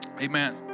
Amen